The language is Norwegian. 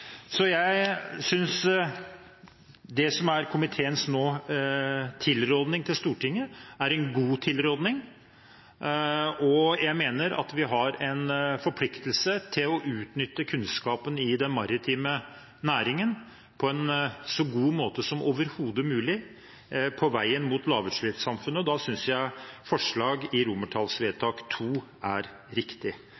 Jeg synes det som nå er komiteens tilrådning til Stortinget, er en god tilrådning, og jeg mener at vi har en forpliktelse til å utnytte kunnskapen i den maritime næringen på en så god måte som overhodet mulig, på veien mot lavutslippssamfunnet. Da synes jeg